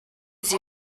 sie